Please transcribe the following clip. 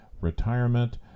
retirement